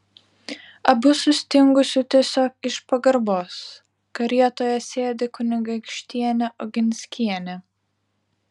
abu sustingusiu tiesiog iš pagarbos karietoje sėdi kunigaikštienė oginskienė